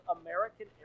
American